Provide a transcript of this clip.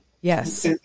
Yes